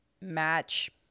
match